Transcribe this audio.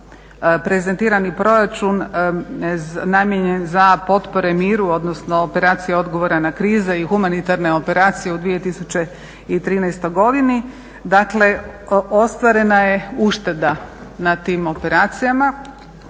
prezentiran i proračun namijenjen za potpore miru, odnosno operacije odgovora na krize i humanitarne operacije u 2013. godini. Dakle, ostvarena je ušteda na tim operacijama.